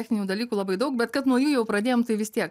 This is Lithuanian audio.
techninių dalykų labai daug bet kad nuo jų jau pradėjom tai vis tiek